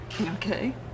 okay